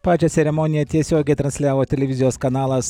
pačią ceremoniją tiesiogiai transliavo televizijos kanalas